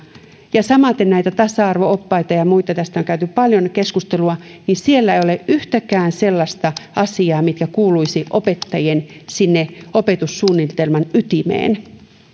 ja samaten näissä tasa arvo oppaissa ja ja muissa tästä on käyty paljon keskustelua ei ole yhtäkään sellaista asiaa mikä kuuluisi opettajien opetussuunnitelman ytimeen